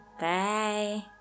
Bye